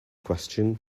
question